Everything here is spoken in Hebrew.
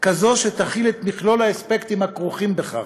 כזאת שתכיל את מכלול האספקטים הכרוכים בכך,